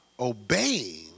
Obeying